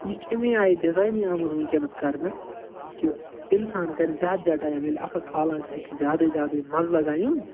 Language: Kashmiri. یہِ چھُ أمی آیہِ ڈِزاینٕے آمُت وٕنکٮ۪نس کرنہٕ کہِ انسان کرِ زیادٕ زیادٕ ٹایِم ییٚلہِ اکھ اکھ کھالان چھِ اتہِ چھُ زیادٕے زیادٕے مزٕ لگان یُن